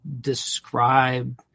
describe